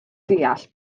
deall